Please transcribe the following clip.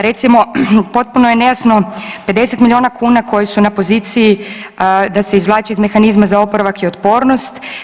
Recimo potpuno je nejasno 50 miliona kuna koji su na poziciji da se izvlače iz mehanizma za oporavak i otpornost.